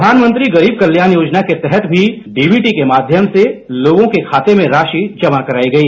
प्रधानमंत्री गरीब कल्याण योजना के तहत भी डीबीडी के माध्यम से लोगों के खाते में राशि जमा कराई गई